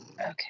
Okay